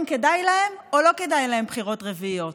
כדאי להם או לא כדאי להם בחירות רביעיות.